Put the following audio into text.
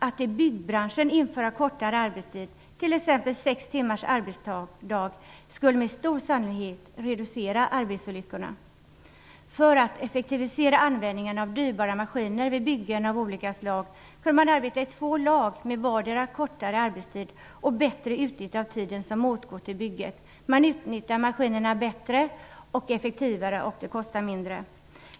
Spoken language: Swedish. Att införa kortare arbetstid i byggbranschen, t.ex. sex timmars arbetsdag, skulle med stor sannolikhet reducera arbetsolyckorna. För att effektivisera användningen av dyrbara maskiner vid byggen av olika slag kunde man arbeta i två lag med vardera kortare arbetstid och bättre utnyttja tiden som åtgår till bygget. Man utnyttjar maskinerna bättre och effektivare och det kostar mindre.